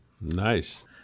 nice